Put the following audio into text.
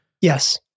Yes